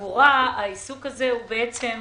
שעבורה העיסוק הזה הוא עשירית